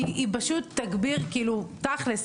כי היא פשוט תגביר כאילו תכלס,